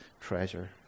treasure